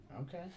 Okay